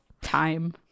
time